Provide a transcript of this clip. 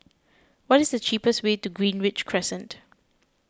what is the cheapest way to Greenridge Crescent